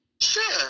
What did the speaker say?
Sure